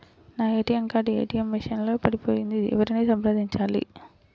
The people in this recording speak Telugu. నా ఏ.టీ.ఎం కార్డు ఏ.టీ.ఎం మెషిన్ లో పడిపోయింది ఎవరిని సంప్రదించాలి?